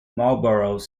marlborough